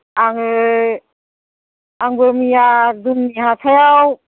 आङो आंबो मैया जोंनि हाथाइयाव